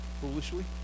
foolishly